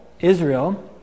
israel